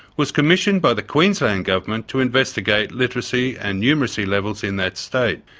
was commissioned by the queensland government to investigate literacy and numeracy levels in that state.